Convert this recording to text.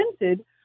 invented